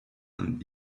and